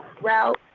route